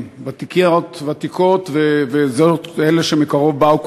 ותיקות ואלה שמקרוב באו,